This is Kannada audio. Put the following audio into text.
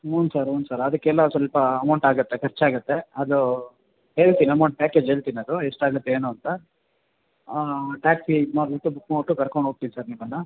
ಹ್ಞೂ ಸರ್ ಹ್ಞೂ ಸರ್ ಅದಕ್ಕೆಲ್ಲ ಸ್ವಲ್ಪ ಅಮೌಂಟಾಗುತ್ತೆ ಖರ್ಚಾಗುತ್ತೆ ಅದು ಹೇಳ್ತೀನಿ ಅಮೌಂಟ್ ಪ್ಯಾಕೇಜ್ ಹೇಳ್ತೀನಿ ಅದು ಎಷ್ಟಾಗತ್ತೆ ಏನು ಅಂತ ಟ್ಯಾಕ್ಸಿ ಇದ್ಮಾಡಿಬಿಟ್ಟು ಬುಕ್ ಮಾಡಿಬಿಟ್ಟು ಕರ್ಕೊಂಡೋಗ್ತೀನಿ ಸರ್ ನಿಮ್ಮನ್ನು